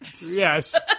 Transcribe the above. Yes